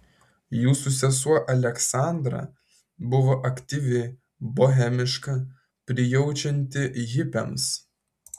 jūsų sesuo aleksandra buvo aktyvi bohemiška prijaučianti hipiams